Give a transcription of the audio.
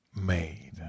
made